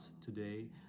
today